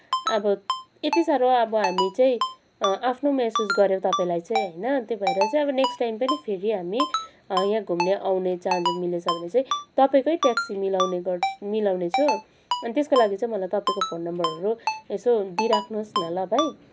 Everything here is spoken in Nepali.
अब यति साह्रो अब हामी चाहिँ आफ्नो महसुस गऱ्यौँ तपाईँलाई चाहिँ होइन त्यही भएर चाहिँ अब नेक्स्ट टाइम पनि फेरि हामी यहाँ घुम्न आउने चाँजो मिलेछ भने चाहिँ तपाईँकै ट्याक्सी मिलाउने मिलाउने छु अनि त्यसको लागि चाहिँ मलाई तपाईँको फोन नम्बरहरू यसो दिइराख्नुहोस् न ल भाइ